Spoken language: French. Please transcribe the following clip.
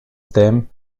thème